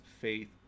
faith